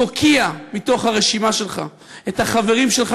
תוקיע מתוך הרשימה שלך את החברים שלך,